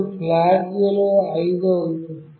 అప్పుడు ఫ్లాగ్ విలువ 5 అవుతుంది